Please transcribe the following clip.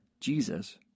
Jesus